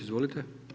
Izvolite.